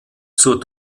zur